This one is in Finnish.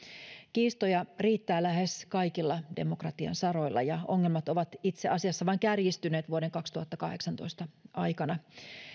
kiistoja riittää lähes kaikilla demokratian saroilla ja ongelmat ovat itse asiassa vain kärjistyneet vuoden kaksituhattakahdeksantoista aikana